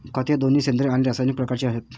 खते दोन्ही सेंद्रिय आणि रासायनिक प्रकारचे आहेत